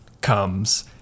comes